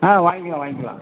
ஆ வாங்கிக்கலாம் வாங்கிக்கலாம்